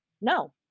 no